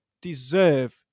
deserve